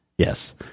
Yes